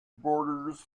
borders